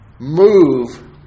Move